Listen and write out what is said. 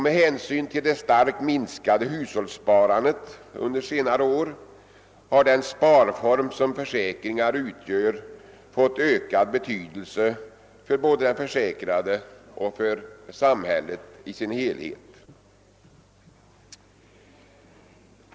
Med hänsyn till att hushållssparandet under senare år har minskat starkt har den sparform som försäkringar utgör fått ökad betydelse för både den försäkrade och samhället i dess helhet.